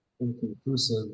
inconclusive